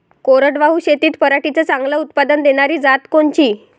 कोरडवाहू शेतीत पराटीचं चांगलं उत्पादन देनारी जात कोनची?